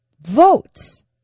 votes